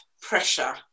pressure